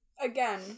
Again